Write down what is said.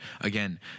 again